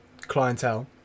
clientele